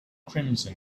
crimson